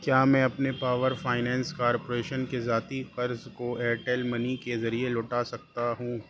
کیا میں اپنے پاور فائننس کارپوریشن کے ذاتی قرض کو ایئرٹیل منی کے ذریعے لوٹا سکتا ہوں